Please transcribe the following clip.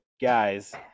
guys